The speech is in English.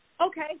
okay